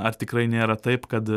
ar tikrai nėra taip kad